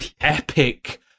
epic